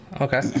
Okay